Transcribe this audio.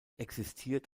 existiert